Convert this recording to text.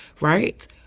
right